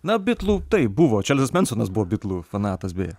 na bitlų taip buvo čarlzas mensonas buvo bitlų fanatas beje